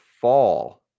fall